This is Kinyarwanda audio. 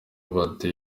bateye